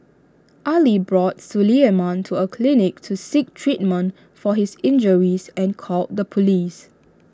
Ali brought Suleiman to A clinic to seek treatment for his injuries and called the Police